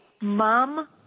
mom